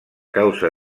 causa